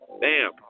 Bam